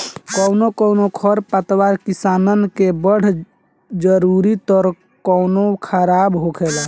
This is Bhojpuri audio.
कौनो कौनो खर पतवार किसानन के बड़ जरूरी त कौनो खराब होखेला